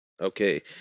Okay